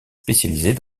spécialisée